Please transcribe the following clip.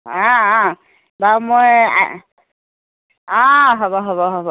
অ অ বাৰু মই আ অ হ'ব হ'ব হ'ব